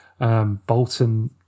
Bolton